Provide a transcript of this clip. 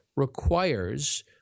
requires